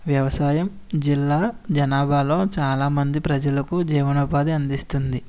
వ్యవసాయం జిల్లా జనాభాలో చాలామంది ప్రజలకు జీవనోపాధి అందిస్తుంది